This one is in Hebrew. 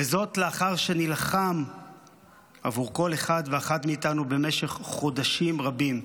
זאת לאחר שהוא נלחם עבור כל אחד ואחת מאיתנו במשך חודשים רבים.